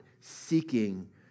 seeking